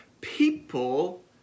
people